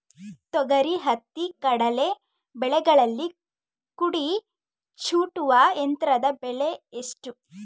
ತೊಗರಿ, ಹತ್ತಿ, ಕಡಲೆ ಬೆಳೆಗಳಲ್ಲಿ ಕುಡಿ ಚೂಟುವ ಯಂತ್ರದ ಬೆಲೆ ಎಷ್ಟು?